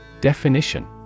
Definition